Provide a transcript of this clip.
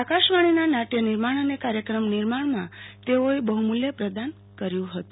આકાશવાણીના નાટ્યનિર્માણ અને કાર્યક્રમ નિર્માણમાં બહુમૂલ્ય પ્રદાન કર્યું હતું